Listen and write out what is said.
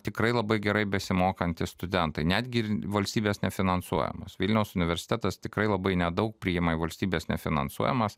tikrai labai gerai besimokantys studentai netgi ir į valstybės nefinansuojamas vilniaus universitetas tikrai labai nedaug priima į valstybės nefinansuojamas